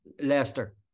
Leicester